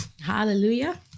Hallelujah